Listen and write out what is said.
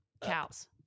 cows